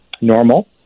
normal